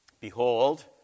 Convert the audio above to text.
Behold